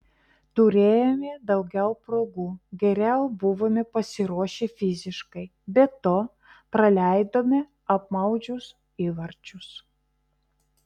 turėjome daugiau progų geriau buvome pasiruošę fiziškai be to praleidome apmaudžius įvarčius